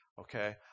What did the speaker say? Okay